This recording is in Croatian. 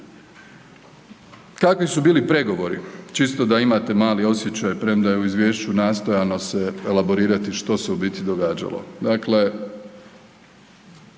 Kakvi su bili pregovori, čisto da imate mali osjećaj, premda je u izvješću nastojano se elaborirati što se u biti događalo?